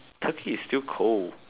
Turkey is still cold